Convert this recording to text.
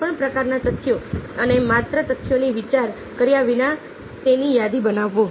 કોઈપણ પ્રકારના તથ્યોઅને માત્ર તથ્યોનો વિચાર કર્યા વિના તેની યાદી બનાવવી